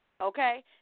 Okay